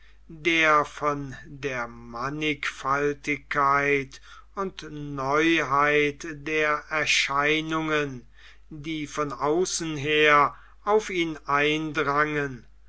der von der mannigfaltigkeit und neuheit der erscheinungen die von außen her auf ihn eindrangen